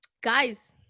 guys